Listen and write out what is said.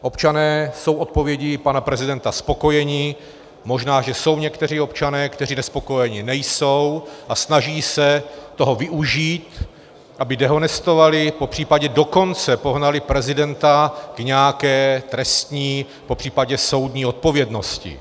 Občané jsou s odpovědí pana prezidenta spokojeni, možná, že jsou někteří občané, kteří spokojeni nejsou a snaží se toho využít, aby dehonestovali, popřípadě dokonce pohnali prezidenta k nějaké trestní, popřípadě soudní odpovědnosti.